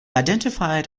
identified